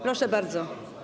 Proszę bardzo.